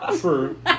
True